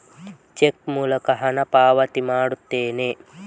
check ಮೂಲಕ ಹಣ ಪಾವತಿ ಮಾಡುತ್ತೇನೆ